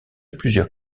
plusieurs